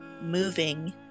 moving